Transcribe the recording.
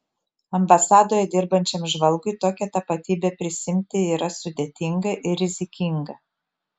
ambasadoje dirbančiam žvalgui tokią tapatybę prisiimti yra sudėtinga ir rizikinga